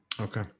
Okay